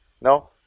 No